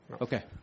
okay